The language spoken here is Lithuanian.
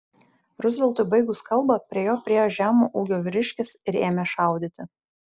ruzveltui baigus kalbą prie jo priėjo žemo ūgio vyriškis ir ėmė šaudyti